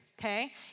okay